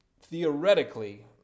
theoretically